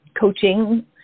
coaching